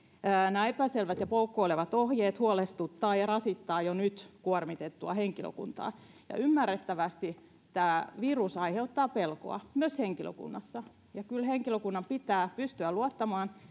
nämä epäselvät ja poukkoilevat ohjeet huolestuttavat ja rasittavat jo nyt kuormitettua henkilökuntaa ymmärrettävästi tämä virus aiheuttaa pelkoa myös henkilökunnassa ja kyllä henkilökunnan pitää pystyä luottamaan